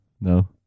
no